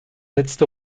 letzte